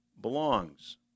belongs